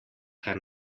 kar